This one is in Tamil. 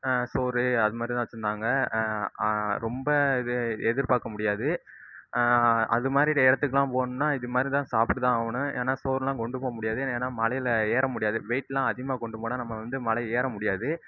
சோறு அதுமாதிரிதான் வச்சியிருந்தாங்க ரொம்ப இது எதிர்பார்க்க முடியாது அதுமாதிரி இடதுக்குலாம் போகணுன்னா இதுமாதிரிதான் சாப்பிட்டுத்தான் ஆகணும் ஏன்னா சோறுலாம் கொண்டுபோக முடியாது ஏன்னா மலையில ஏற முடியாது வெயிட்லாம் அதிகமாக கொண்டுபோன நம்ப வந்து மலை ஏற முடியாது